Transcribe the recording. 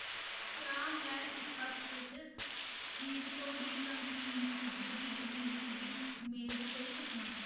क्या में इस हफ्ते च खीर तोड़ी नमकीन चीजें दी डलीवरी दी मेद करी सकनां